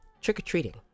trick-or-treating